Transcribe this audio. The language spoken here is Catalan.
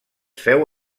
féu